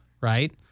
right